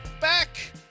back